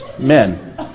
men